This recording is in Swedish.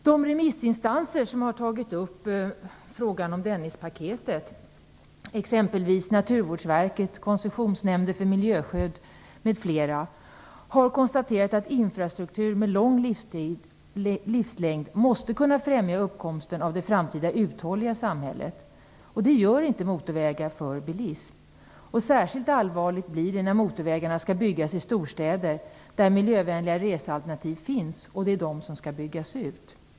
De remissinstanser som tagit upp frågan om Dennispaketet, exempelvis Naturvårdsverket och Koncessionsnämnden för miljöskydd, har konstaterat att infrastruktur med lång livslängd måste kunna främja uppkomsten av det framtida uthålliga samhället. Det gör inte motorvägar för bilism. Särskilt allvarligt blir det när motorvägarna skall byggas i storstäder där miljövänliga resealternativ finns - och det är de som skall byggas ut!